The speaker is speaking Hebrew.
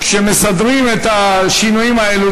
כשמסדרים את השינויים האלה,